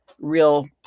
real